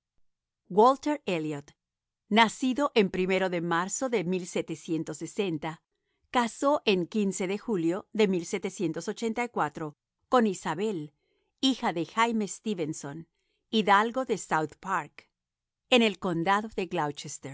elliot nacido en primero de marzo de se casó en de julio de con isabel hija de jaime stevenson hidalgo de south park en el condado de